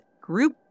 group